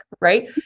right